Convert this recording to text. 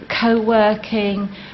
co-working